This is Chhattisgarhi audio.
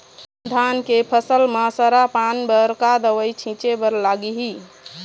धान के फसल म सरा पान बर का दवई छीचे बर लागिही?